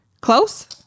Close